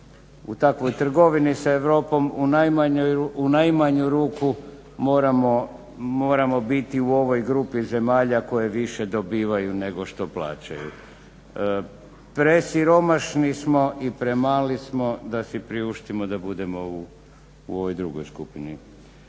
u takvoj trgovini sa Europom u najmanju ruku moramo biti u ovoj grupi zemalja koje više dobivaju nego što plaćaju. Presiromašni smo i premali smo da si priuštimo da budemo u ovoj drugoj skupini.